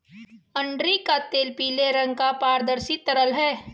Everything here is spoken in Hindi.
अरंडी का तेल पीले रंग का पारदर्शी तरल है